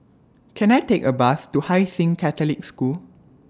Can I Take A Bus to Hai Sing Catholic School